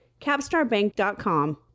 CapstarBank.com